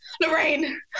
Lorraine